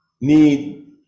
need